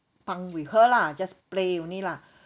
punk with her lah just play only lah